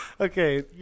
Okay